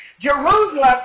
Jerusalem